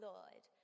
Lord